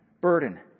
burden